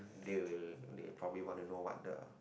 they will they probably want to know what the